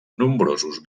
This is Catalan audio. nombrosos